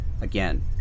Again